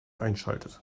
einschaltet